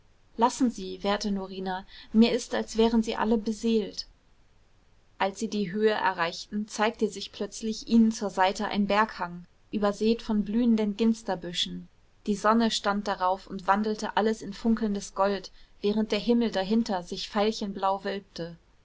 lassen sie wehrte norina mir ist als wären sie alle beseelt als sie die höhe erreichten zeigte sich plötzlich ihnen zur seite ein berghang übersät von blühenden ginsterbüschen die sonne stand darauf und wandelte alles in funkelndes gold während der himmel dahinter sich veilchenblau wölbte